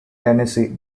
tennessee